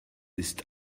ist